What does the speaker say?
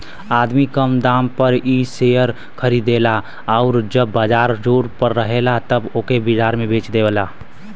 आदमी कम दाम पर इ शेअर खरीदेला आउर जब बाजार जोर पर रहेला तब ओके बाजार में बेच देवेला